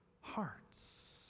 hearts